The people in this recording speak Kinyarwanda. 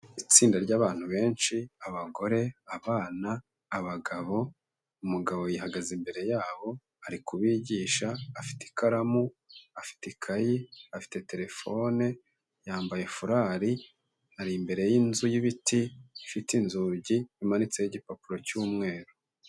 Itsinda ry'abantu benshi abagore, abana, abagabo, umugabo yahagaze imbere yabo ari kubigisha afite ikaramu, afite ikayi afite telefone yambaye furari, ari imbere y'inzu y'ibiti ifite inzugi, imanitseho igipapuro cy'umweru.